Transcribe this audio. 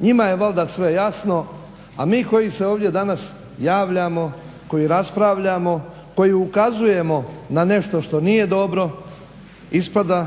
njima je valjda sve jasno, a mi koji se ovdje danas javljamo, koji raspravljamo, koji ukazujemo na nešto što nije dobro ispada